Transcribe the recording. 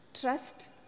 trust